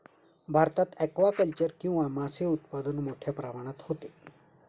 भारतात ॲक्वाकल्चर किंवा मासे उत्पादन मोठ्या प्रमाणात होते